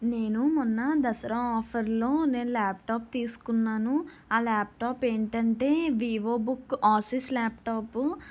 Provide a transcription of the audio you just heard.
నేను మొన్న దసరా ఆఫర్ లో నేను ల్యాప్టాప్ తీసుకున్నాను ఆ ల్యాప్టాప్ ఏంటంటే వివో బుక్ ఆసీస్ ల్యాప్టాపు